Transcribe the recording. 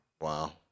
Wow